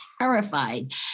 terrified